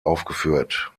aufgeführt